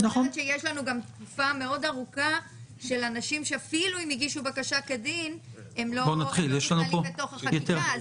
יש אנשים שאפילו אם הם הגישו בקשה כדין הם לא נכללים בתוך החקיקה.